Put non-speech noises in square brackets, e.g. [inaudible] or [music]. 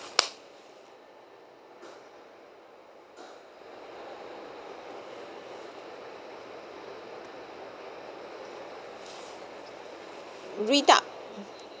[noise] reduct